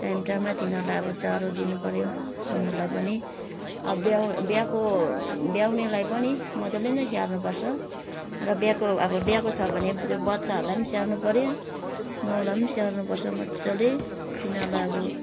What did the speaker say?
time टाइममा तिनीहरूलाई अब चारो दिनु पर्यो सुँगुरलाई पनि ब्याउ ब्याएको ब्याउनेलाई पनि मजाले नै स्याहार्नु पर्छ र ब्याएको अब ब्याएको छ भने त्यो बच्चाहरूलाई पनि स्याहार्नु पर्यो मउलाई पनि स्याहार्नु पर्छ मजाले तिनीहरूलाई अब